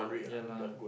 ya lah